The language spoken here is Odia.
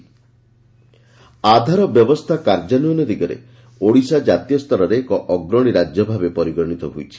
ଆଧାର ଆଧାର ବ୍ୟବସ୍ରା କାର୍ଯ୍ୟାନ୍ୟନ ଦିଗରେ ଓଡ଼ିଶା କାତୀୟ ସ୍ତରରେ ଏକ ଅଗ୍ରଶୀ ରାକ୍ୟ ଭାବେ ପରିଗଣିତ ହୋଇଛି